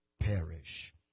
perish